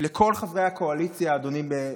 לכל חברי הקואליציה, אדוני,